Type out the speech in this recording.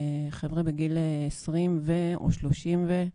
חבר'ה בגיל עשרים ו- או שלושים ו-,